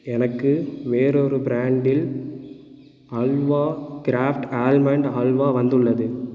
எனக்கு வேறொரு பிராண்டில் அல்வா கிராஃப்ட் ஆல்மண்ட் அல்வா வந்துள்ளது